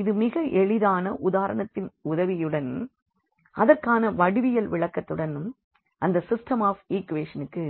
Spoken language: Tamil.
இந்த மிக எளிதான உதாரணத்தின் உதவியுடன் அதற்கான வடிவியல் விளக்கத்துடன் அந்த சிஸ்டம் ஆஃப் ஈக்வெஷ னுக்கு